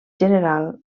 general